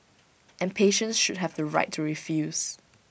and patients should have the right to refuse